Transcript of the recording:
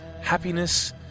Happiness